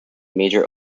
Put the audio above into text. major